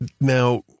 Now